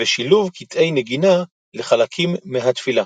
ושילוב קטעי נגינה לחלקים מהתפילה.